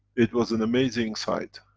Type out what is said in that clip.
it was an amazing sight.